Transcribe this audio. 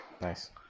Nice